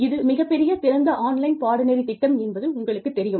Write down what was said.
இது மிகப் பெரிய திறந்த ஆன்லைன் பாடநெறி திட்டம் என்பது உங்களுக்குத் தெரியும்